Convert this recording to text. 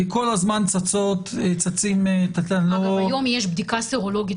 כי כל הזמן צצים --- אגב היום יש בדיקה סרולוגית